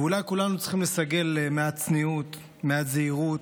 אולי כולנו צריכים לסגל מעט צניעות, מעט זהירות,